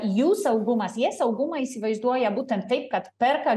jų saugumas jie saugumą įsivaizduoja būtent tai kad perka